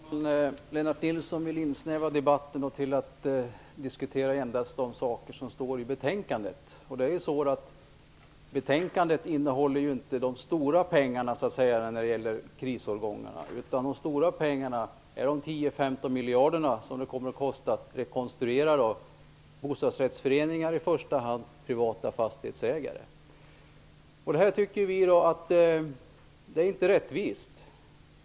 Fru talman! Lennart Nilsson vill snäva in debatten så att man endast diskuterar de saker som står i betänkandet. Men betänkandet innehåller inte de stora pengarna när det gäller krisårgångarna. De stora pengarna är de 10-15 miljarder som det i första hand kommer att kosta att rekonstruera bostadsrättsföreningar och privata fastighetsägare. Det här tycker vi inte är rättvist.